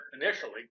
initially